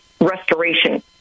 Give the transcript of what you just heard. restoration